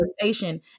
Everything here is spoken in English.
conversation